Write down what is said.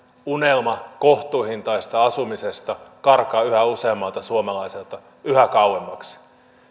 unelma kohtuuhintaisesta asumisesta karkaa yhä useammalta suomalaiselta yhä kauemmaksi